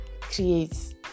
creates